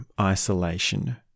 isolation